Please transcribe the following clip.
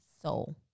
soul